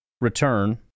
return